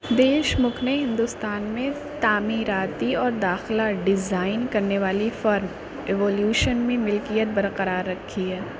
دیش مکھ نے ہندوستان میں تعمیراتی اور داخلہ ڈیزائن کرنے والی فرم ایولیوشن میں ملکیت برقرار رکھی ہے